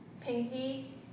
pinky